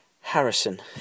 Harrison